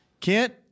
Kent